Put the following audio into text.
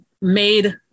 made